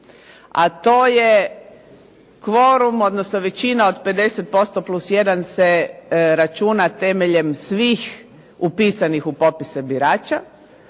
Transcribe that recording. a to je kvorum odnosno većina od 50% plus jedan se računa temeljem svih upisanih u popise birača,